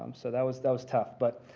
um so that was that was tough. but